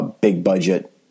big-budget